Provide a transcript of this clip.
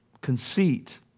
conceit